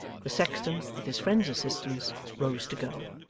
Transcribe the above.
the sexton, with his friend's assistance, rose to go.